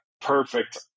perfect